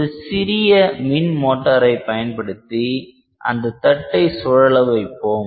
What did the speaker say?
ஒரு சிறிய மின் மோட்டாரை பயன்படுத்தி அந்த தட்டை சுழல வைப்போம்